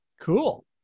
cool